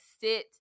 sit